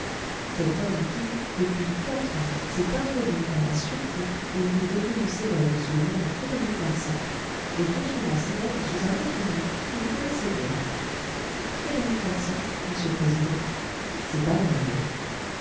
cet homme qui depuis quatre ans s'est introduit à la sûreté et y est devenu célèbre sous un autre nom que vous connaissez bien frédéric larsan m'sieur le président